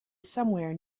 somewhere